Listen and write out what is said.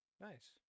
Nice